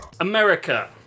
America